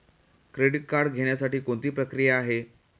Credit card घेण्यासाठी कोणती प्रक्रिया आहे?